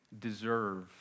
deserve